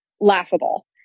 laughable